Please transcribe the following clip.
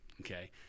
okay